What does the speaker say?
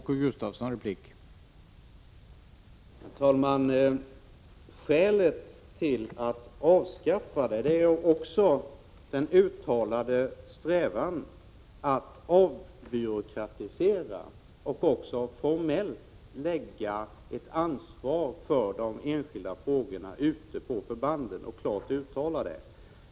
Herr talman! Skälet för att avskaffa dessa skyldigheter är också den uttalade strävan att avbyråkratisera verksamheten och även formellt lägga ett ansvar för de enskilda frågorna på förbanden ute i landet samt klart uttala detta.